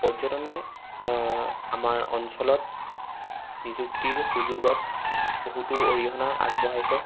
পৰ্যটনে আমাৰ অঞ্চলত নিযুক্তিৰ সুযোগত বহুতো অৰিহণা আগবঢ়াইছে